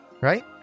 right